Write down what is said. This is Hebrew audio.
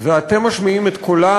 ואתם משמיעים את קולם